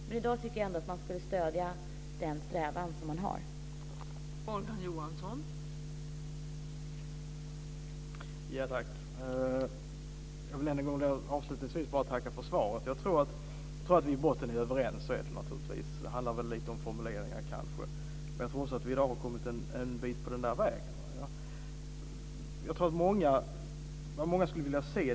Men i dag tycker jag att den strävan som finns ska stödjas.